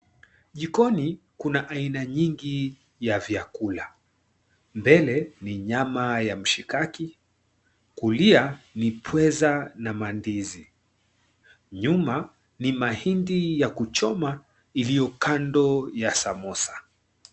Jikoni kuna aina nyingi ya vyakula. Mbele ni nyama ya mshikaki, kulia ni pweza na mandizi. Nyuma ni mahindi ya kuchoma iliyo kando ya samosa.